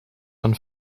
een